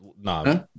Nah